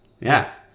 Yes